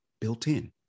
built-in